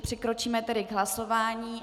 Přikročíme tedy k hlasování.